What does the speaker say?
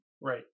Right